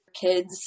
kids